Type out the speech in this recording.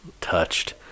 touched